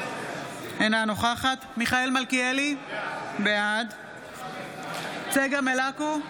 אינה נוכחת מיכאל מלכיאלי, בעד צגה מלקו,